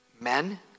men